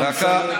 דקה.